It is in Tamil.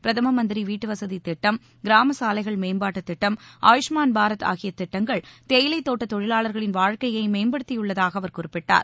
பிரதம மந்திரி வீட்டு வசதி திட்டம் கிராம சாலைகள் மேம்பாட்டு திட்டம் ஆயுஷ்மான் பாரத் ஆகிய திட்டங்கள் தேயிலை தோட்ட தொழிலாளர்களின் வாழக்கையை மேம்படுத்தியுள்ளதாக அவர் குறிப்பிட்டார்